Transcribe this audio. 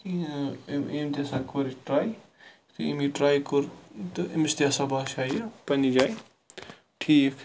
أمۍ أمۍ تہِ سا کوٚر یہِ ٹرے یُتھُے أمۍ یہِ ٹرے کوٚر تہٕ امس تہِ ہَسا باسیوو یہِ پَننہِ جایہِ ٹھیٖک